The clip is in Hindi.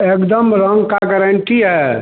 एकदम रंग का गारन्टी है